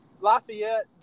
Lafayette